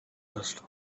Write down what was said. asked